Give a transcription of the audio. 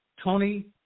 Tony